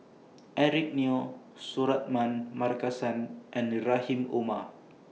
Eric Neo Suratman Markasan and Rahim Omar